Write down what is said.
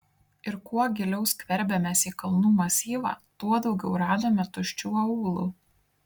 ir kuo giliau skverbėmės į kalnų masyvą tuo daugiau radome tuščių aūlų